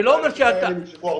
אני לא אומר שזה אתה.